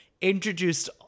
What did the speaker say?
introduced